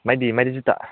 माबायदि जुथा